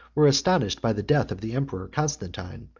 were astonished by the death of the emperor constantine,